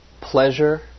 pleasure